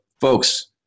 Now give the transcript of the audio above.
folks